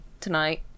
tonight